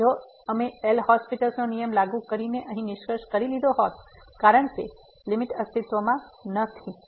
તેથી જો અમે એલ'હોસ્પિટલL'Hospital's નો નિયમ લાગુ કરીને અહીં નિષ્કર્ષ કરી લીધો હોત કારણ કે આ લીમીટ અસ્તિત્વમાં નથી